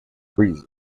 reason